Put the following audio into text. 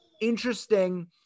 Interesting